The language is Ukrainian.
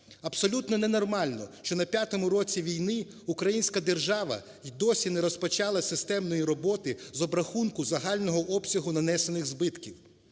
Абсолютно ненормально, що на п'ятому році війни українська держава й досі не розпочала системної роботи з обрахунку загального обсягу нанесених збитків.